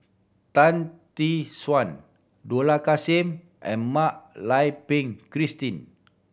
Tan Tee Suan Dollah Kassim and Mak Lai Peng Christine